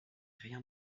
rien